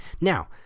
Now